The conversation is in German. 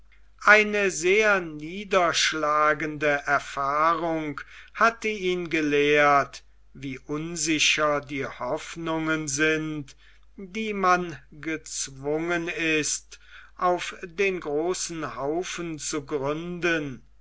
eine sehr niederschlagende erfahrung hatte ihn gelehrt wie unsicher die hoffnungen sind die man gezwungen ist auf den großen haufen zu gründen